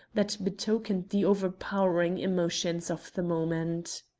that betokened the overpowering emotions of the moment.